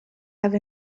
have